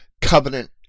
covenant